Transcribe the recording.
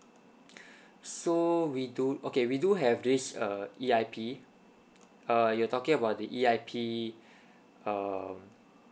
so we do okay we do have this uh E_I_P uh you're talking about the E_I_P um